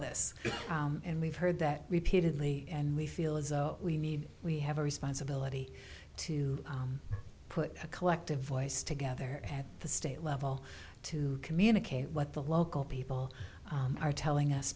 this and we've heard that repeatedly and we feel as though we need we have a responsibility to put a collective voice together at the state level to communicate what the local people are telling us